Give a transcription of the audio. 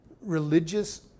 religious